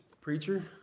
preacher